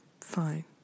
Fine